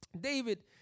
David